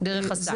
דרך הסל?